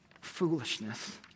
foolishness